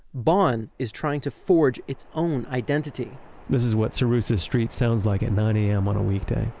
bonn is trying to forge its own identity this is what cyrus's street sounds like at nine am on a weekday.